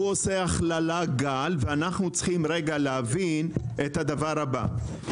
גל עושה הכללה ואנחנו צריכים להבין את הדבר הבא,